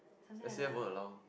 let's say won't allow